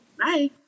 Bye